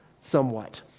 somewhat